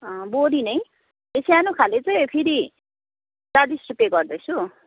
अँ बोडी नै त्यो सानो खाले चाहिँ फेरि चालिस रुपियाँ गर्दैछु